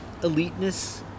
eliteness